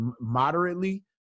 moderately